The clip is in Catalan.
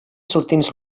sortints